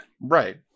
Right